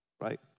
right